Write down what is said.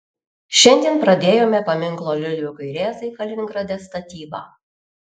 šiandien pradėjome paminklo liudvikui rėzai kaliningrade statybą